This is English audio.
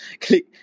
click